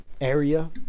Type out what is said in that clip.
area